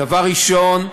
דבר ראשון,